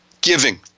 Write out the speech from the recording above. giving